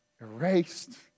erased